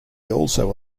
also